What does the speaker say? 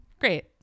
Great